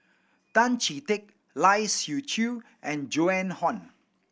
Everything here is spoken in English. Tan Chee Teck Lai Siu Chiu and Joan Hon